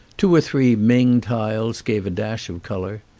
two or three ming tiles gave a dash of colour.